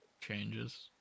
changes